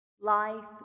life